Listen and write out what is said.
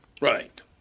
Right